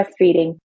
breastfeeding